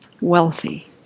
Wealthy